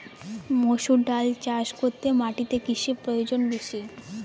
মুসুর ডাল চাষ করতে মাটিতে কিসে প্রয়োজন বেশী?